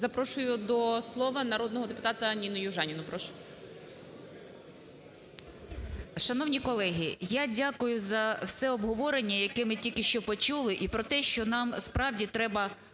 Запрошую до слова народного депутата Ніну Южаніну.